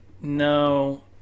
No